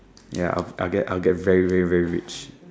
ya I'll get very very rich